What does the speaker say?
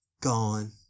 gone